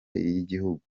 y’igihugu